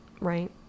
right